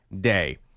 day